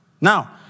Now